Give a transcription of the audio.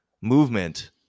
movement